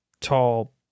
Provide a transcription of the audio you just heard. tall